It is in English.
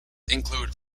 include